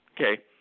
Okay